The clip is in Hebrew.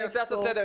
אני רוצה לעשות סדר.